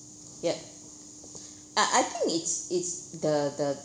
yup I I think it's it's the the